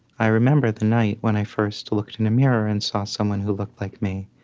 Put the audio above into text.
i remember the night when i first looked in a mirror and saw someone who looked like me.